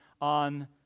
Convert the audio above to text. on